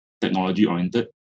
technology-oriented